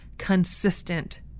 consistent